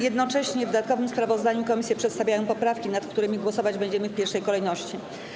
Jednocześnie w dodatkowym sprawozdaniu komisje przedstawiają poprawki, nad którymi głosować będziemy w pierwszej kolejności.